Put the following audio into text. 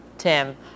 Tim